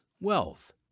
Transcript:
wealth